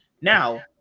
Now